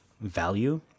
value